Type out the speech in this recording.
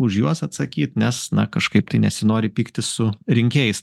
už juos atsakyt nes na kažkaip nesinori pyktis su rinkėjais